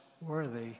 worthy